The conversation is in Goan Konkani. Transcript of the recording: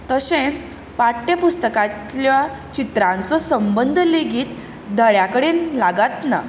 तशेंच पाठ्यपुस्तकांतल्या चित्रांचो संबंद लेगीत धड्या कडेन लागच ना